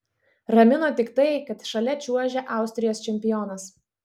ramino tik tai kad šalia čiuožė austrijos čempionas